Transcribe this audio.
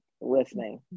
listening